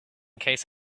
case